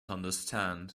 understand